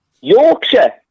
Yorkshire